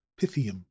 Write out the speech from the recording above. Pythium